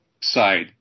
side